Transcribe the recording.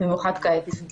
תודה.